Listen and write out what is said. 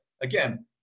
again